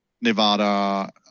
Nevada